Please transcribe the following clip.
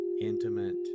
intimate